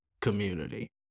community